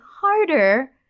harder